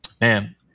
man